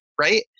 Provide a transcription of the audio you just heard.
right